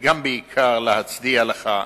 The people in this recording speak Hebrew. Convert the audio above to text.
וגם בעיקר, להצדיע לך.